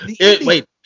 wait